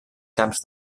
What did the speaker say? camps